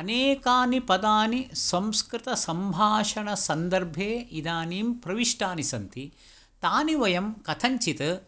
अनेकानि पदानि संस्कृतसम्भाषणसन्दर्भे इदानीं प्रविष्टानि सन्ति तानि वयं कथञ्चित्